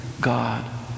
God